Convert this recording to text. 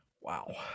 Wow